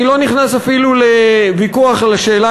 אני לא נכנס אפילו לוויכוח על השאלה